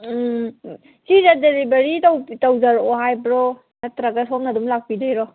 ꯁꯤꯁꯦ ꯗꯤꯂꯤꯕꯔꯤ ꯇꯧꯖꯔꯛꯑꯣ ꯍꯥꯏꯕꯔꯣ ꯅꯠꯇ꯭ꯔꯒ ꯁꯣꯝꯅ ꯑꯗꯨꯝ ꯂꯥꯛꯄꯤꯗꯣꯏꯔꯣ